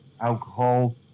alcohol